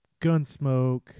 Gunsmoke